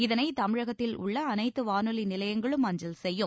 இதனை தமிழகத்தில் உள்ள அனைத்து வானொலி நிலையங்களும் அஞ்சல் செய்யும்